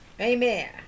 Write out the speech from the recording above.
Amen